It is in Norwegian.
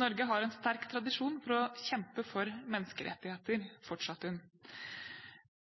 Norge har en sterk tradisjon for å kjempe for menneskerettigheter, fortsatte hun.